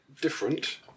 different